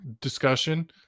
discussion